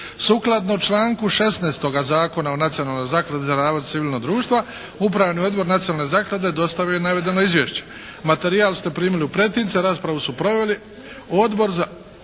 Sukladno članku 16. Zakona o Nacionalnoj zakladi za razvoj civilnog društva, Upravni odbor Nacionalne zaklade dostavio je navedeno izvješće. Materijal ste primili u pretince. Raspravu su proveli